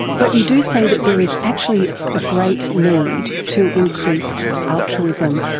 but you do say that there is actually a great need to increase altruism.